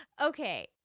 Okay